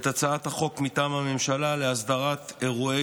את הצעת החוק מטעם הממשלה להסדרת אירועי